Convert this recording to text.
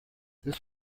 this